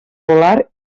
polar